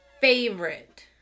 favorite